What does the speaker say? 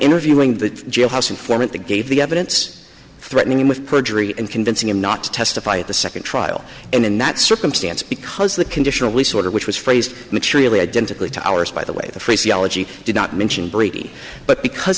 interviewing the jailhouse informant gave the evidence threatening him with perjury and convincing him not to testify at the second trial and in that circumstance because the conditionally sort of which was phrased materially identically to ours by the way the phraseology did not mention brady but because